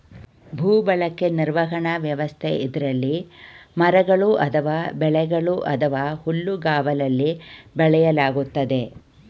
ಭೂಬಳಕೆ ನಿರ್ವಹಣಾ ವ್ಯವಸ್ಥೆ ಇದ್ರಲ್ಲಿ ಮರಗಳು ಅಥವಾ ಬೆಳೆಗಳು ಅಥವಾ ಹುಲ್ಲುಗಾವಲಲ್ಲಿ ಬೆಳೆಯಲಾಗ್ತದೆ